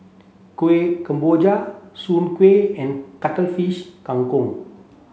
Kueh Kemboja Soon Kway and Cuttlefish Kang Kong